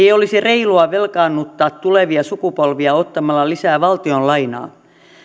ei olisi reilua velkaannuttaa tulevia sukupolvia ottamalla lisää valtionlainaa